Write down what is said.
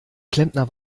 klempner